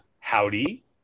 Howdy